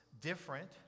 different